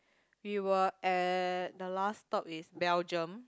we were at the last stop is Belgium